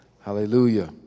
Hallelujah